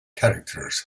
characters